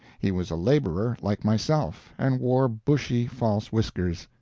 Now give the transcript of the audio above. he was a laborer, like myself, and wore bushy false whiskers.